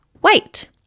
white